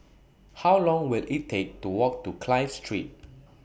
How Long Will IT Take to Walk to Clive Street